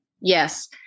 Yes